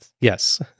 yes